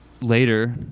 later